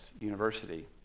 University